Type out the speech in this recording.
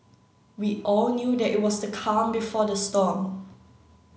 we all knew that it was the calm before the storm